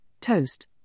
toast